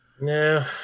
No